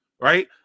right